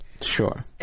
Sure